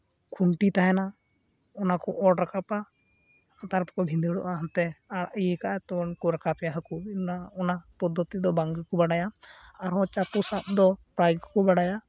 ᱠᱷᱩᱱᱴᱤ ᱛᱟᱦᱮᱱᱟ ᱚᱱᱟᱠᱚ ᱚᱨ ᱨᱟᱠᱟᱵᱟ ᱛᱟᱨᱯᱚᱨ ᱵᱷᱤᱸᱫᱟᱹᱲᱚᱜᱼᱟ ᱦᱟᱱᱛᱮ ᱤᱭᱟᱹ ᱠᱚᱜᱼᱟ ᱛᱚ ᱨᱟᱠᱟᱯᱮᱭᱟ ᱠᱚ ᱦᱟᱹᱠᱩ ᱚᱱᱟ ᱚᱱᱟ ᱯᱚᱫᱽᱫᱷᱚᱛᱤ ᱫᱚ ᱵᱟᱝ ᱜᱮᱠᱚ ᱵᱟᱰᱟᱭᱟ ᱟᱨ ᱦᱚᱸ ᱪᱟᱯᱚ ᱥᱟᱵ ᱫᱚ ᱯᱨᱟᱭ ᱜᱮᱠᱚ ᱵᱟᱰᱟᱭᱟ